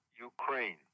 Ukraine